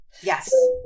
Yes